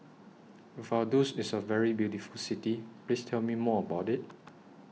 Vaduz IS A very beautiful City Please Tell Me More about IT